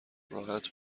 راحت